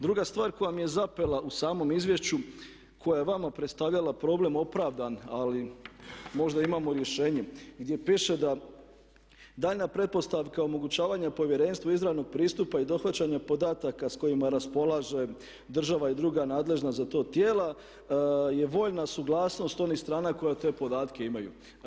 Druga stvar koja mi je zapela u samom izvješću koja je vama predstavljala problem opravdan ali možda imamo rješenje gdje piše da daljnja pretpostavka omogućavanja Povjerenstvu izravnog pristupa i dohvaćanja podataka s kojima raspolaže država i druga nadležna za to tijela je voljna suglasnost onih strana koji te podatke imaju.